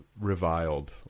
reviled